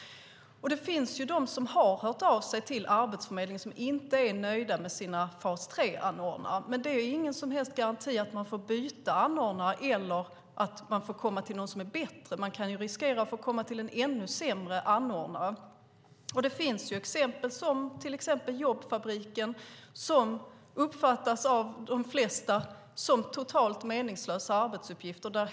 Det finns de som har hört av sig till Arbetsförmedlingen som inte är nöjda med sin fas 3-anordnare, men det finns ingen som helst garanti att man får byta anordnare eller att man får komma till någon som är bättre. Man kan riskera att komma till en ännu sämre anordnare. Det finns exempel, som hos Jobbfabriken, som av de flesta uppfattas som totalt meningslösa arbetsuppgifter.